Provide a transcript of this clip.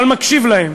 אבל מקשיב להם.